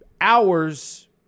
hours